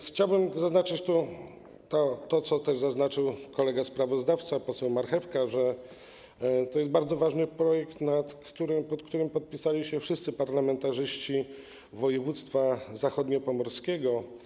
Chciałbym zaznaczyć to, co też zaznaczył kolega sprawozdawca, poseł Marchewka, że to jest bardzo ważny projekt, pod którym podpisali się wszyscy parlamentarzyści z województwa zachodniopomorskiego.